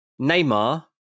Neymar